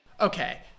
Okay